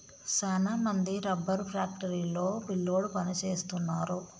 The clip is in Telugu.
సాన మంది రబ్బరు ఫ్యాక్టరీ లో పిల్లోడు పని సేస్తున్నారు